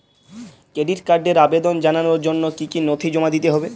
Credit কার্ডের আবেদন জানানোর জন্য কী কী নথি জমা দিতে হবে?